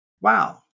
wow